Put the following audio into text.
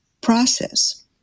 process